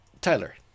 Tyler